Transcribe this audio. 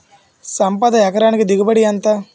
సంపద ఎకరానికి దిగుబడి ఎంత?